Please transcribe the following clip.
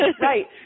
Right